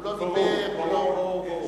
הוא לא דיבר, ברור.